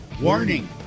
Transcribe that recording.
warning